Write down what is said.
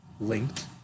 linked